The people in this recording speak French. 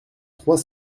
trois